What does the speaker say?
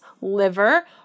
liver